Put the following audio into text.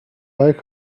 like